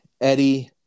Eddie